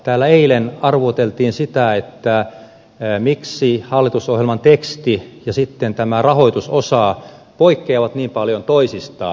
täällä eilen arvuuteltiin sitä miksi hallitusohjelman teksti ja sitten tämä rahoitusosa poikkeavat niin paljon toisistaan